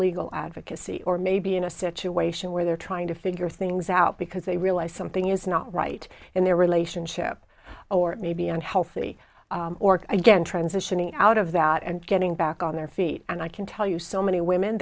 legal advocacy or maybe in a situation where they're trying to figure things out because they realize something is not right in their relationship or it may be unhealthy or again transitioning out of that and getting back on their feet and i can tell you so many women